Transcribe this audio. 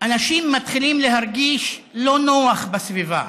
אנשים מתחילים להרגיש לא נוח בסביבה.